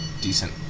decent